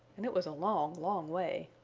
and it was a long, long way.